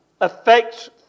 affects